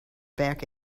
back